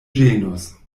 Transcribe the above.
ĝenus